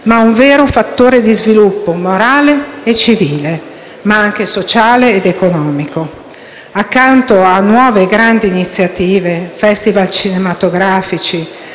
ma un vero fattore di sviluppo, morale e civile, ma anche sociale ed economico». Accanto a nuove grandi iniziative (*festival* cinematografici,